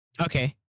Okay